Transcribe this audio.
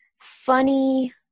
funny